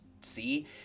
see